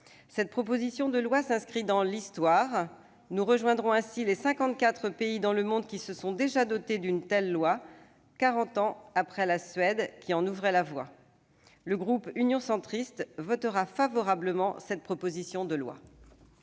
Cette proposition de loi s'inscrit dans l'histoire. Nous rejoindrons ainsi les cinquante-quatre pays dans le monde qui se sont déjà dotés d'une telle loi, quarante ans après la Suède qui en ouvrait la voie. Le groupe Union Centriste votera en faveur de cette proposition de loi.